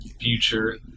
future